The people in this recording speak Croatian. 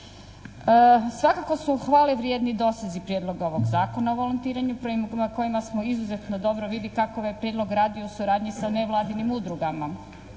Svakako su hvale vrijedni dosezi prijedloga ovog Zakona o volontiranju prema kojima se izuzetno dobro vidi kako ovaj prijedlog radi u suradnji sa nevladinim udrugama